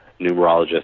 numerologist